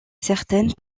certaines